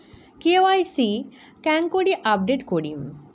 KYC কেঙ্গকরি update করিম?